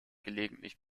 gelegentlich